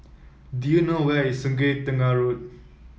do you know where is Sungei Tengah Road